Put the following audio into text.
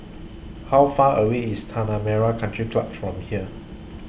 How Far away IS Tanah Merah Country Club from here